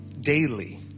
daily